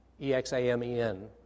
E-X-A-M-E-N